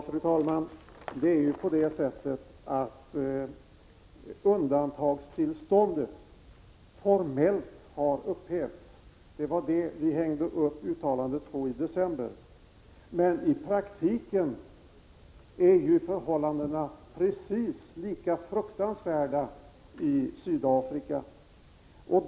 Fru talman! Det undantagstillstånd som vi hängde upp uttalandet på i december har formellt upphävts. Men i praktiken är förhållandena i Sydafrika precis lika fruktansvärda som då.